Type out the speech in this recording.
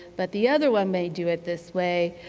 but the other one may do it this way.